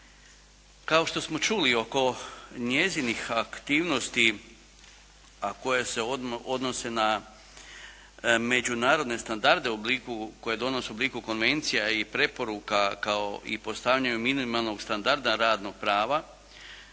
Kao što smo čuli oko njezinih aktivnosti, a koje se odnose na međunarodne standarde koje donose u obliku konvencija i preporuka kao i postavljanju minimalnog standarda radnog prava,